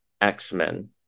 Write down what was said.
X-Men